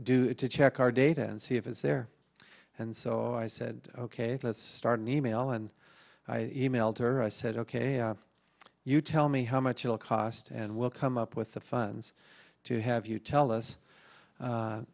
it to check our data and see if it's there and so i said ok let's start an e mail and i emailed her i said ok you tell me how much it'll cost and we'll come up with the funds to have you tell us